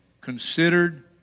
considered